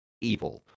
evil